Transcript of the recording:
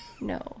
No